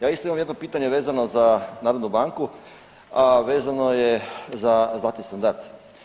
Ja isto imam jedno pitanje vezano na narodnu banku, a vezano je za zlatni standard.